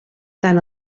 tant